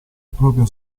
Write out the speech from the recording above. proprio